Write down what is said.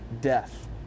Death